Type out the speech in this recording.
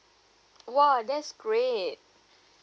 !wow! that's great